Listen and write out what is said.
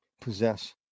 Possess